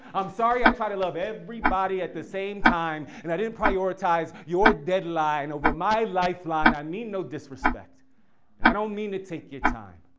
i'm sorry, i try to love everybody at the same time, and i did prioritize your deadline over my lifeline. i mean no disrespect. and i don't mean to take your time.